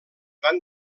van